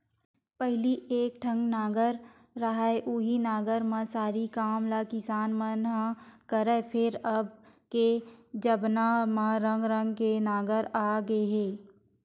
पहिली एके ठन नांगर रहय उहीं नांगर म सरी काम ल किसान मन ह करय, फेर अब के जबाना म रंग रंग के नांगर आ गे हे